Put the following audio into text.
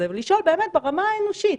ולשאול באמת ברמה האנושית: